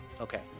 Okay